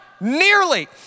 nearly